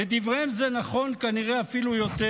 לדבריהם, זה נכון כנראה אפילו יותר,